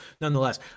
nonetheless